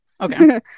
Okay